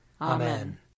Amen